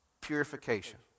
Purification